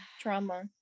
trauma